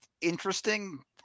interesting